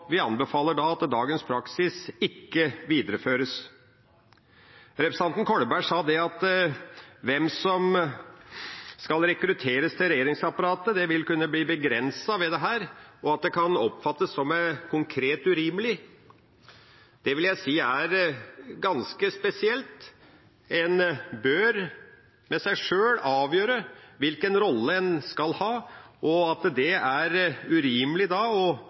Vi anbefaler at dagens praksis ikke videreføres. Representanten Kolberg sa at hvem som skal rekrutteres til regjeringsapparatet, vil kunne bli begrenset ved dette, og at det kan oppfattes som konkret urimelig. Det vil jeg si er ganske spesielt. En bør med seg sjøl avgjøre hvilken rolle en skal ha. Jeg synes ikke det er urimelig